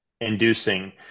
inducing